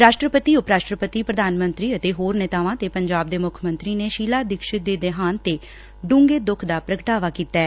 ਰਾਸ਼ਟਰਪਤੀ ਉਪ ਰਸ਼ਟਰਪਤੀ ਪ੍ਰਧਾਨ ਮੰਤਰੀ ਅਤੇ ਹੋਰ ਨੇਤਾਵਾਂ ਤੇ ਪੰਜਾਬ ਦੇ ਮੁੱਖ ਮੰਤਰੀ ਨੇ ਸ਼ੀਲਾ ਦੀਕਸ਼ਤ ਦੇ ਦੇਹਾਂਤ ਤੇ ਡੁੰਘੇ ਦੁੱਖ ਦਾ ਪ੍ਰਗਟਾਵਾ ਕੀਤੈ